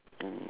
mm